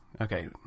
Okay